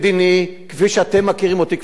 כפי שאתם מכירים אותי כבר שלוש שנים,